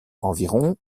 environ